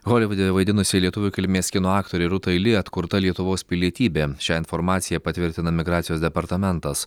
holivude vaidinusiai lietuvių kilmės kino aktorei rūtai li atkurta lietuvos pilietybė šią informaciją patvirtina migracijos departamentas